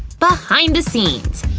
behind the scenes!